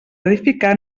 edificar